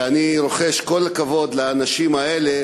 ואני רוחש את כל הכבוד לאנשים האלה,